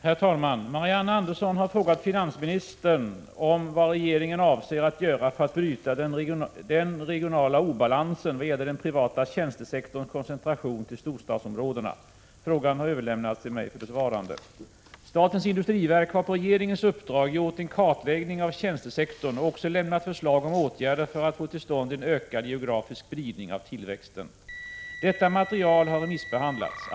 Herr talman! Marianne Andersson har frågat finansminister Kjell-Olof Feldt om vad regeringen avser att göra för att bryta den regionala obalansen vad gäller den privata tjänstesektorns koncentration till storstadsområdena. Frågan har överlämnats till mig för besvarande. Statens industriverk har på regeringens uppdrag gjort en kartläggning av tjänstesektorn och också lämnat förslag om åtgärder för att få till stånd en ökad geografisk spridning av tillväxten. Detta material har remissbehandlats.